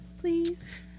Please